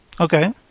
okay